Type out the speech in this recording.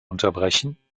unterbrechen